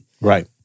Right